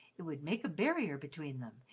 it would make a barrier between them,